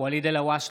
ואליד אלהואשלה,